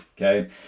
Okay